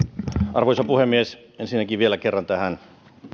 arvoisa puhemies ensinnäkin vielä kerran tähän